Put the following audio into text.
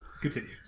Continue